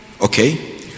Okay